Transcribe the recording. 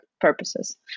purposes